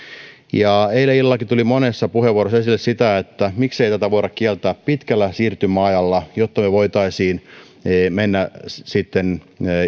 eilen illallakin tuli monessa puheenvuorossa esille se että miksei tätä voida kieltää pitkällä siirtymäajalla jotta me voisimme mennä sitten